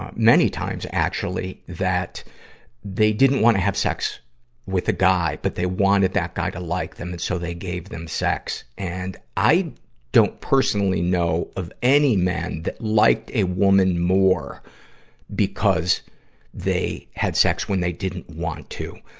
um many times, actually, that they didn't wanna have sex with a guy, but they wanted that guy to like them, and so they gave them sex. and i don't personally know of any men that liked a woman more because they had sex when they didn't want to.